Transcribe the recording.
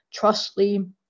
trustly